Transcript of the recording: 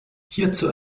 hierzu